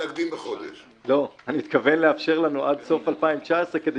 אני מתכוון לאפשר לנו עד סוף 2019 כדי